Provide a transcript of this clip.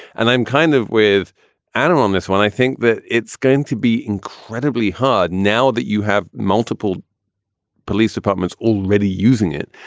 and i'm kind of with adam on this one. i think that it's going to be incredibly hard now that you have multiple police departments already using it.